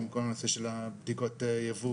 עם כל הנושא של בדיקות ייבוא